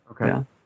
Okay